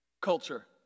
Culture